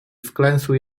wklęsły